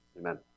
amen